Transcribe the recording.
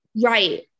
right